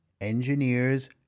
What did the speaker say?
engineers